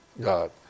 God